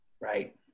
Right